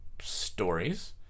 stories